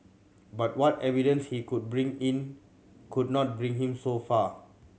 but what evidence he could bring in could not bring him so far